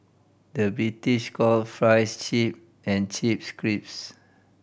the British call fries chip and chips crips